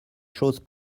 choses